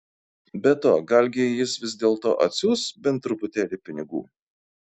be to galgi jis vis dėlto atsiųs bent truputėlį pinigų